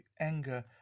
anger